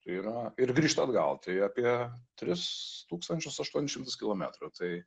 tai yra ir grįžt atgal tai apie tris tūkstančius aštuonis šimtus kilometrų tai